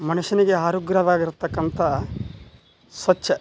ಮನುಷ್ಯನಿಗೆ ಆರೋಗ್ಯವಾಗಿರ್ತಕ್ಕಂಥ ಸ್ವಚ್ಛ